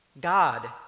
God